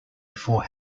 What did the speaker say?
before